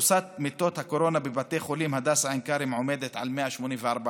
תפוסת מיטות הקורונה בבית החולים הדסה עין כרם עומדת על 184%,